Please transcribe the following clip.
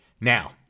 Now